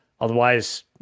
Otherwise